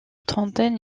trentaine